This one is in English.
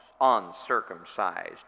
uncircumcised